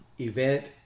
event